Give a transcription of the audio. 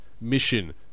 mission